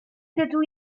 dydw